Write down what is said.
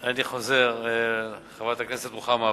אני חוזר, חברת הכנסת רוחמה אברהם: